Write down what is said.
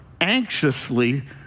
anxiously